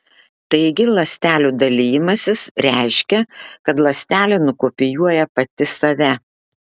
taigi ląstelių dalijimasis reiškia kad ląstelė nukopijuoja pati save